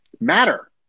matter